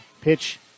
pitch